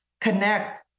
connect